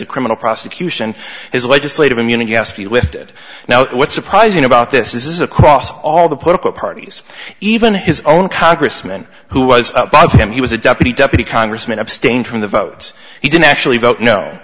to criminal prosecution his legislative immunity yes be lifted now what's surprising about this is across all the political parties even his own congressman who was above him he was a deputy deputy congressman abstained from the vote he didn't actually vote no